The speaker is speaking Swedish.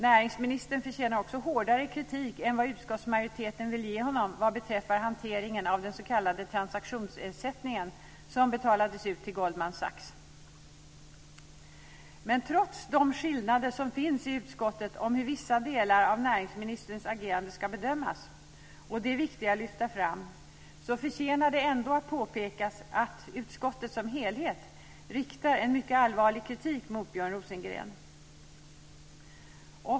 Näringsministern förtjänar också hårdare kritik än vad utskottsmajoriteten vill ge honom vad beträffar hanteringen av den s.k. transaktionsersättning som betalades ut till Goldman Sachs. Trots de skillnader som finns i utskottet om hur vissa delar av näringsministerns agerande ska bedömas - och de är viktiga att lyfta fram - förtjänar det ändå att påpekas att utskottet som helhet riktar en mycket allvarlig kritik mot Björn Rosengren.